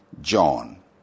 John